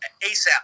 ASAP